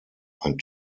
ein